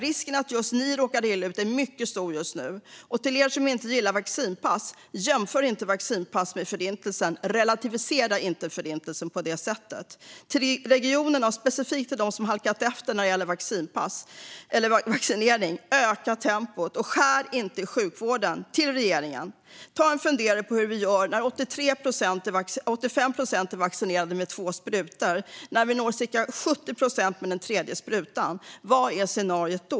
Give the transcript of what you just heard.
Risken att just ni råkar illa ut är mycket stor just nu. Och till er som inte gillar vaccinpass: Jämför inte vaccinpass med Förintelsen! Relativisera inte Förintelsen på det sättet! Till regionerna och specifikt till dem som halkat efter vad gäller vaccinering vill jag säga: Öka tempot! Och skär inte i sjukvården! Till regeringen: Ta en funderare på hur vi gör när 85 procent är vaccinerade med två sprutor och vi når cirka 70 procent med den tredje sprutan. Vad är scenariot då?